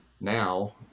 Now